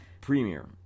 premier